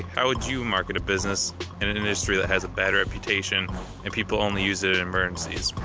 how would you market a business in an industry that has a bad reputation and people only use it in emergencies?